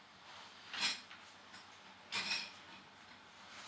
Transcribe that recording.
sure